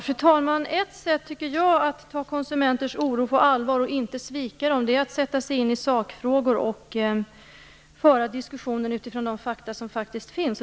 Fru talman! Jag tycker att ett sätt att ta konsumenters oro på allvar och inte svika dem är att sätta sig in i sakfrågor och föra diskussionen utifrån de fakta som faktiskt finns.